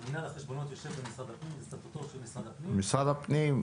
מינהל החשבונות הוא סטאטוטור של משרד הפנים --- נציג משרד הפנים,